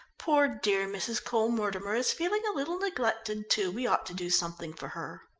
poor dear mrs. cole-mortimer is feeling a little neglected, too, we ought to do something for her.